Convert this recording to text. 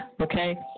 Okay